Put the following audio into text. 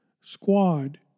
squad